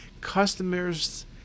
Customers